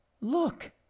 Look